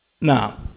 Now